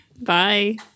Bye